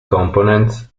components